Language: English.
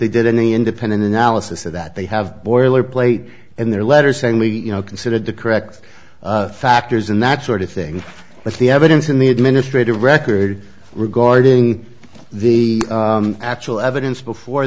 they did any independent analysis of that they have boilerplate in their letter saying we you know considered the correct factors in that sort of thing but the evidence in the administrative record regarding the actual evidence before